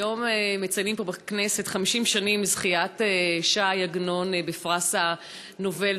היום מציינים פה בכנסת 50 שנים לזכיית ש"י עגנון בפרס נובל,